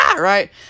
right